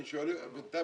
אני שואל כדי להבין.